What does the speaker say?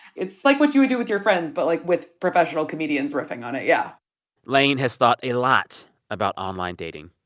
it's like what you would do with your friends but, like, with professional comedians riffing on it, yeah lane has thought a lot about online dating,